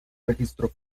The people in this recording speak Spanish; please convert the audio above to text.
registro